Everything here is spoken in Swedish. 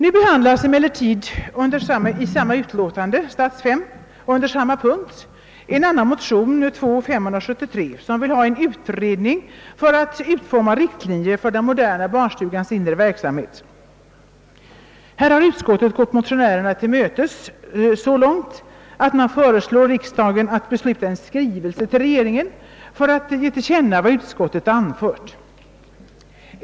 I samma utlåtande och under samma punkt behandlas emellertid en annan motion, II:573, som vill ha en utredning för att utforma riktlinjer för den moderna barnstugans inre verksamhet. Utskottet har gått motionärerna till mötes så långt, att man föreslår att en skrivelse skall avges till regeringen för att ge till känna vad utskottet anfört.